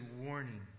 warning